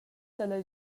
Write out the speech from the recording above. dalla